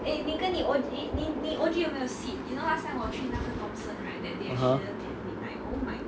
(uh huh)